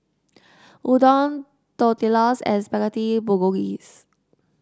Udon Tortillas and Spaghetti Bolognese